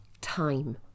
Time